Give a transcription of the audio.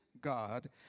God